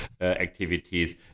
activities